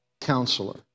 counselor